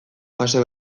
fase